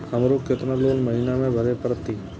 हमरो केतना लोन महीना में भरे परतें?